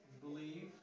believe